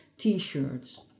T-shirts